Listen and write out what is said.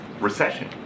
recession